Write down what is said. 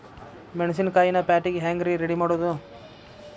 ಮೆಣಸಿನಕಾಯಿನ ಪ್ಯಾಟಿಗೆ ಹ್ಯಾಂಗ್ ರೇ ರೆಡಿಮಾಡೋದು?